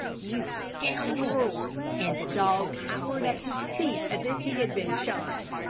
you scoundrel and the dog cowered at his feet as if he had been shot.